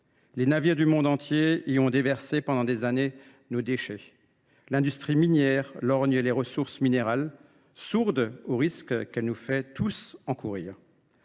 Les navires du monde entier y ont déversé pendant des années nos déchets. L’industrie minière lorgne les ressources minérales, sourde au risque qu’elle nous fait courir